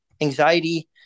anxiety